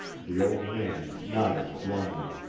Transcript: the old man nodded glumly.